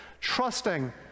trusting